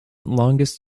longest